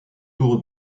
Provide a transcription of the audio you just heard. tour